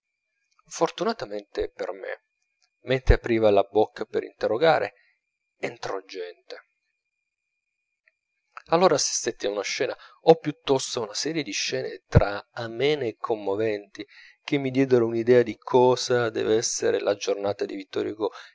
fortunatamente per me mentre apriva la bocca per interrogare entrò gente allora assistetti a una scena o piuttosto a una serie di scene tra amene e commoventi che mi diedero un'idea di cosa dev'essere la giornata di vittor hugo